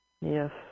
Yes